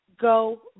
go